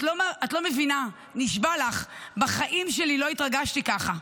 את לא מבינה, נשבע לך, בחיים שלי לא התרגשתי ככה.